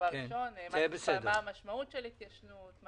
מה המשמעות של התיישנות,